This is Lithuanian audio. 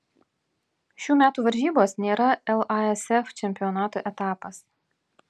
šių metų varžybos nėra lasf čempionato etapas